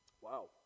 Wow